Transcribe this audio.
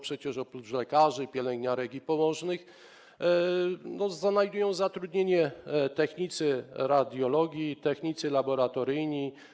Przecież oprócz lekarzy, pielęgniarek i położnych znajdują tam zatrudnienie technicy radiologii i technicy laboratoryjni.